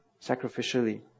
sacrificially